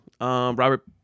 Robert